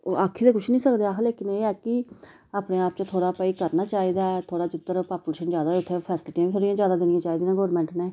ओह् आक्खी ते किश निं सकदे अस लेकिन एह् ऐ कि अपने आप च थोह्ड़ा भाई करना चाहिदा थोह्ड़ा जिद्धर पापुलेशन जैदा होए फैसीलिटियां बी थोह्ड़ियां जैदा देनियां चाहिदियां गौरमेंट ने